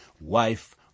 wife